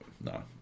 No